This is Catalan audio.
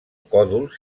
còdols